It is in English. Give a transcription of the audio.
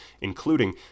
including